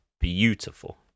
beautiful